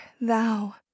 thou